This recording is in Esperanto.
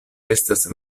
estas